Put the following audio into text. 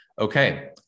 Okay